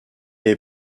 est